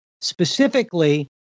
specifically